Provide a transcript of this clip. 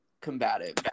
combative